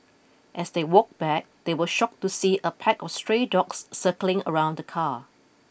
as they walked back they were shocked to see a pack of stray dogs circling around the car